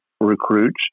recruits